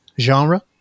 Genre